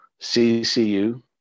CCU